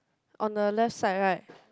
on the left side right